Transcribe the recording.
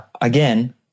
again